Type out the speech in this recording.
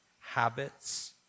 Habits